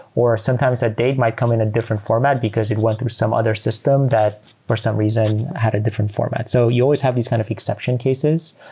or sometimes a date might come in a different format because it went through some other system that for some reason had a different format. so you always have these kinds kind of exception cases.